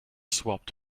swapped